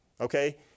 Okay